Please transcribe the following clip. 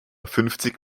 fünfzig